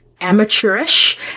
amateurish